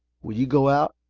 when you go out,